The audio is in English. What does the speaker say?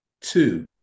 two